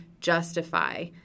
justify